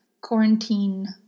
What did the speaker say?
quarantine